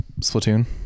splatoon